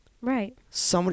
Right